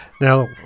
Now